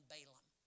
Balaam